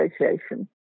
association